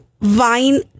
vine